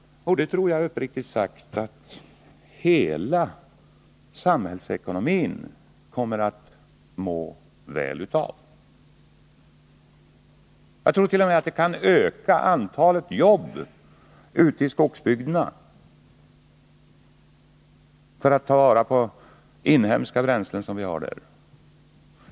Uppriktigt sagt tror jag att hela samhällsekonomin skulle må väl av en sådan övergång till andra energislag. Det kan öka antalet jobb ute i skogsbygderna. Det skulle skapas fler arbetstillfällen när vi skall ta vara på de inhemska bränslen som vi har i skogsbygderna.